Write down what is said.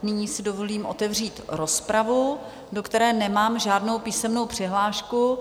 Nyní si dovolím otevřít rozpravu, do které nemám žádnou písemnou přihlášku.